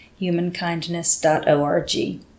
humankindness.org